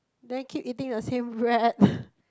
then keep eating the same bread